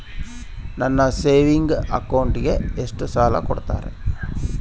ನನ್ನ ಸೇವಿಂಗ್ ಅಕೌಂಟಿಗೆ ಎಷ್ಟು ಸಾಲ ಕೊಡ್ತಾರ?